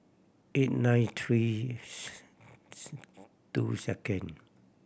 eight nine three two second